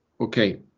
okay